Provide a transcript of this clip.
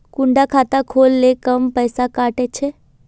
कुंडा खाता खोल ले कम पैसा काट छे?